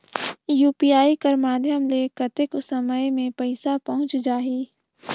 UPI कर माध्यम से कतेक समय मे पइसा पहुंच जाहि?